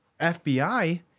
FBI